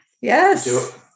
yes